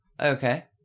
okay